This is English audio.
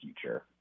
future